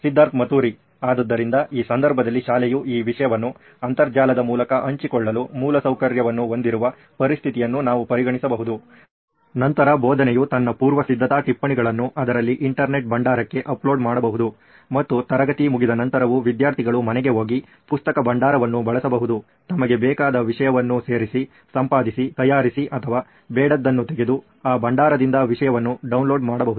ಸಿದ್ಧಾರ್ಥ್ ಮತುರಿ ಆದ್ದರಿಂದ ಈ ಸಂದರ್ಭದಲ್ಲಿ ಶಾಲೆಯು ಈ ವಿಷಯವನ್ನು ಅಂತರ್ಜಾಲದ ಮೂಲಕ ಹಂಚಿಕೊಳ್ಳಲು ಮೂಲಸೌಕರ್ಯವನ್ನು ಹೊಂದಿರುವ ಪರಿಸ್ಥಿತಿಯನ್ನು ನಾವು ಪರಿಗಣಿಸಬಹುದು ನಂತರ ಬೋಧನೆಯು ತನ್ನ ಪೂರ್ವಸಿದ್ಧತಾ ಟಿಪ್ಪಣಿಗಳನ್ನು ಅದರಲ್ಲಿ ಇಂಟರ್ನೆಟ್ ಭಂಡಾರಕ್ಕೆ ಅಪ್ಲೋಡ್ ಮಾಡಬಹುದು ಮತ್ತು ತರಗತಿ ಮುಗಿದ ನಂತರವು ವಿದ್ಯಾರ್ಥಿಗಳು ಮನೆಗೆ ಹೋಗಿ ಪುಸ್ತಕ ಭಂಡಾರವನ್ನು ಬಳಸಬಹುದು ತಮಗೆ ಬೇಕಾದ ವಿಷಯವನ್ನು ಸೇರಿಸಿ ಸಂಪಾದಿಸಿ ತಯಾರಿಸಿ ಅಥವಾ ಬೇಡದ್ದನ್ನು ತೆಗೆದು ಆ ಭಂಡಾರದಿಂದ ವಿಷಯವನ್ನು ಡೌನ್ಲೋಡ್ ಮಾಡಬಹುದು